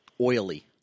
oily